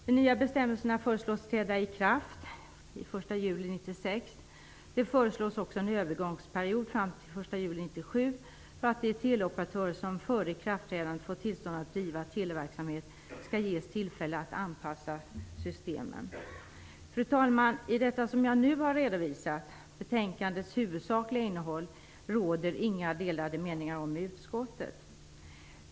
juli 1996. Det föreslås också en övergångsperiod fram till den 1 juli 1997 för att teleoperatörer som före ikraftträdandet fått tillstånd att driva televerksamhet skall ges tillfälle att anpassa systemen. Fru talman! Det som jag nu har redovisat, betänkandets huvudsakliga innehåll, råder det inga delade meningar om i utskottet.